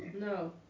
No